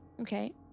Okay